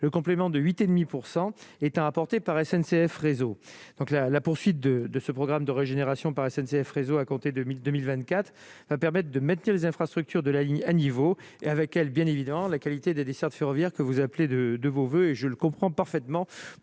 le complément de 8 et demi % étant apporté par SNCF réseau donc la la poursuite de ce programme de régénération par SNCF réseau a compté 2000 2024 permettent de maintenir les infrastructures de la ligne à niveau et avec elle, bien évidemment, la qualité des dessertes ferroviaires que vous appelez de vos voeux et je le comprends parfaitement